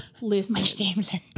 listen